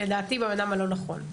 לדעתי באדם הלא נכון.